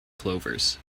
clovers